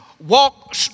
walk